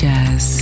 Jazz